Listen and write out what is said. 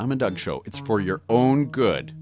i'm a dog show it's for your own good